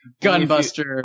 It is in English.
Gunbuster